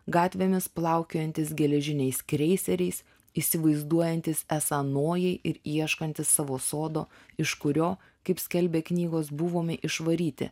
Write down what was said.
gatvėmis plaukiojantys geležiniais kreiseriais įsivaizduojantys esą nojai ir ieškantys savo sodo iš kurio kaip skelbia knygos buvome išvaryti